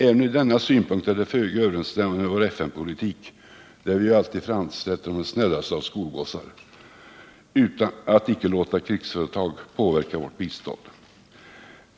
Även ur denna synpunkt är det föga överensstämmande med vår politik i FN, där vi alltid framställer oss själva som de snällaste av skolgossar, att icke låta mottagarländernas krigsföretag påverka vårt bistånd.